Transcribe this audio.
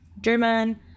German